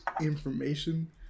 information